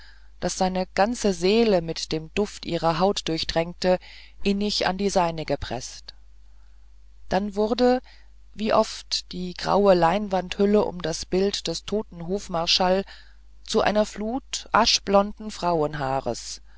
das seine ganze seele mit dem duft ihrer haut durchtränkte innig an die seine gepreßt dann wurde wie oft die graue leinwandhülle um das bildnis des toten hofmarschalls zu einer flut aschblonden